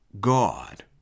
God